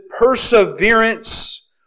perseverance